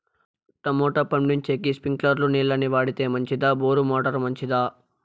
Tomato పండించేకి స్ప్రింక్లర్లు నీళ్ళ ని వాడితే మంచిదా బోరు మోటారు మంచిదా?